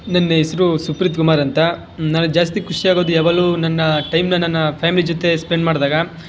ನನ್ನ ಹೆಸ್ರು ಸುಪ್ರೀತ್ ಕುಮಾರ್ ಅಂತ ನಾನು ಜಾಸ್ತಿ ಖುಷಿ ಆಗೋದು ಯಾವಾಗಲೂ ನನ್ನ ಟೈಮನ್ನ ನನ್ನ ಫ್ಯಾಮ್ಲಿ ಜೊತೆ ಸ್ಪೆಂಡ್ ಮಾಡಿದಾಗ